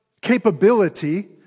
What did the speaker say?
capability